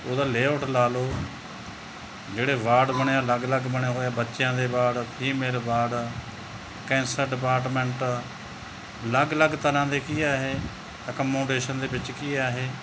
ਉਹਦਾ ਲੇਆਉਟ ਲਾ ਲਓ ਜਿਹੜੇ ਵਾਰਡ ਬਣੇ ਆ ਅਲੱਗ ਅਲੱਗ ਬਣੇ ਹੋਏ ਬੱਚਿਆਂ ਦੇ ward female ward cancer department ਅਲੱਗ ਅਲੱਗ ਤਰ੍ਹਾਂ ਦੇ ਕੀ ਹੈ ਇਹ ਅਕੋਮੋਡੇਸ਼ਨ ਦੇ ਵਿੱਚ ਕੀ ਹੈ ਇਹ